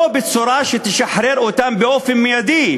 לא בצורה שתשחרר אותם באופן מיידי,